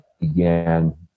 began